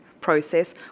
process